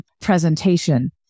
presentation